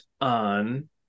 on